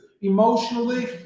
Emotionally